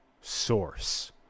source